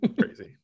crazy